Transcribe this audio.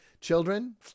Children